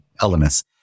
elements